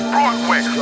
Broadway